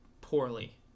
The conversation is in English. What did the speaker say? poorly